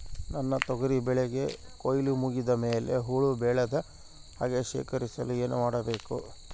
ನನ್ನ ತೊಗರಿ ಬೆಳೆಗೆ ಕೊಯ್ಲು ಮುಗಿದ ಮೇಲೆ ಹುಳು ಬೇಳದ ಹಾಗೆ ಶೇಖರಿಸಲು ಏನು ಮಾಡಬೇಕು?